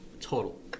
total